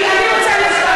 אין להם משפחה,